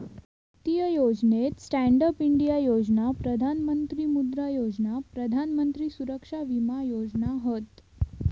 वित्तीय योजनेत stand up India योजना, प्रधान मंत्री मुद्रा योजना, प्रधान मंत्री सुरक्षा विमा योजना हत